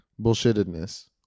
bullshittedness